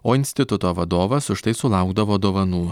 o instituto vadovas už tai sulaukdavo dovanų